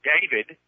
David